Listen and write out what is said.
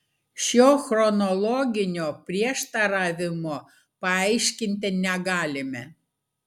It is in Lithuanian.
šio chronologinio prieštaravimo paaiškinti negalime